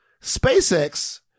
SpaceX